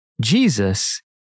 Jesus